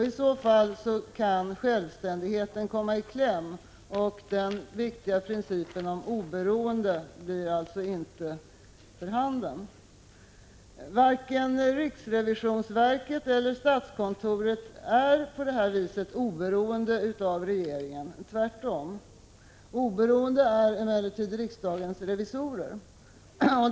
I så fall skulle självständigheten komma i kläm och oberoendet minska. Varken riksrevisionsverket eller statskontoret är på detta sätt oberoende av regeringen, tvärtom. Det är emellertid riksdagens revisorer.